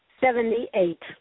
Seventy-eight